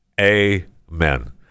Amen